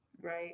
Right